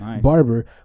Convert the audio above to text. barber